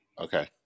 Okay